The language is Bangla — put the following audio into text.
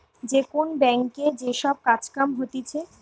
যে কোন ব্যাংকে যে সব কাজ কাম হতিছে